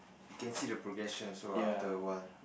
you can see the progression also ah after a while